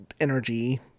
Energy